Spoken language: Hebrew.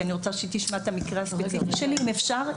כי אני רוצה שהיא תשמע את המקרה הספציפי שלי אם אפשר.